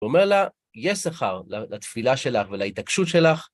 אומר לה, יהיה שכר לתפילה שלך ולהתעקשות שלך.